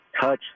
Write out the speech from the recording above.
touch